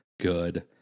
good